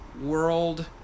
world